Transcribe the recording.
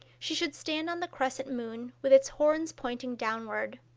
she should stand on the crescent moon with its horns pointing downward.